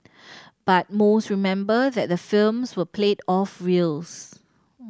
but most remember that the films were played off reels